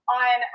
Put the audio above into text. on